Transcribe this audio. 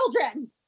children